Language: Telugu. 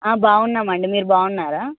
బాగున్నామండి మీరు బాగున్నారా